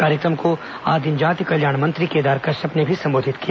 कार्यक्रम को आदिम जाति कल्याण मंत्री केदार कश्यप ने भी संबोधित किया